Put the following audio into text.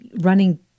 running